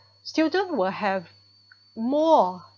student will have more